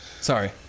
Sorry